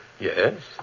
Yes